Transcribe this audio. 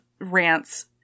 rants